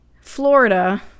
Florida